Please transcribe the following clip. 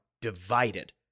divided